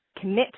commit